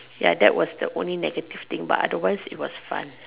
ya that was the only negative thing but otherwise it was fun